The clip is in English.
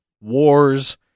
wars